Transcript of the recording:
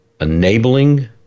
enabling